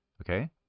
okay